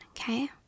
okay